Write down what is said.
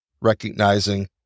recognizing